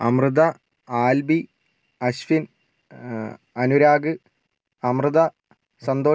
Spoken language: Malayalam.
അമൃത ആൽബി അശ്വിൻ അനുരാഗ് അമൃത സന്തോഷ്